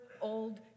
old